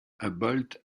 humboldt